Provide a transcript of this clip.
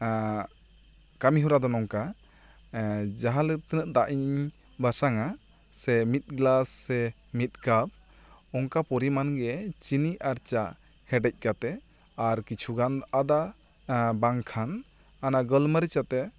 ᱠᱟᱹᱢᱤ ᱦᱚᱨᱟ ᱫᱚ ᱱᱚᱝᱠᱟ ᱡᱟᱦᱟ ᱛᱤᱱᱟᱹᱜ ᱫᱟᱜ ᱤᱧ ᱵᱟᱥᱟᱝᱼᱟ ᱢᱤᱫ ᱜᱤᱞᱟᱥ ᱥᱮ ᱢᱤᱫ ᱠᱟᱯ ᱚᱱᱠᱟ ᱯᱚᱨᱤᱢᱟᱱ ᱜᱮ ᱪᱤᱱᱤ ᱟᱨ ᱪᱟ ᱦᱮᱰᱮᱡ ᱠᱟᱛᱮᱜ ᱟᱨ ᱠᱤᱪᱷᱩ ᱜᱟᱱ ᱟᱫᱟ ᱟᱨᱵᱟᱝ ᱠᱷᱟᱱ ᱟᱱᱟ ᱜᱚᱞᱢᱟᱹᱨᱤᱪ ᱟᱛᱮᱜ